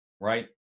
right